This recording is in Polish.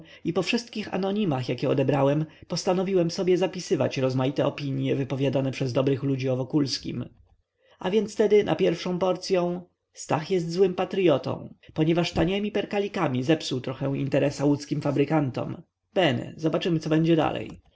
i po wszystkich anonimach jakie odebrałem postanowiłem sobie zapisywać rozmaite opinie wypowiadane przez dobrych ludzi o wokulskim a więc tedy na pierwszą porcyą stach jest złym patryotą ponieważ taniemi perkalikami zepsuł trochę interesa łódzkim fabrykantom bene zobaczymy co będzie dalej